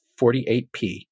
48p